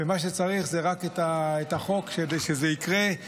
ומה שצריך זה רק את החוק כדי שזה יקרה.